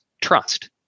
trust